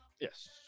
Yes